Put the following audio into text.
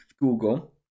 google